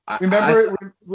Remember